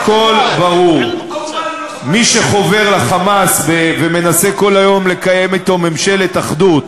הכול ברור: מי שחובר ל"חמאס" ומנסה כל היום לקיים אתו ממשלת אחדות.